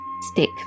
stick